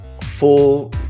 full